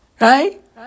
Right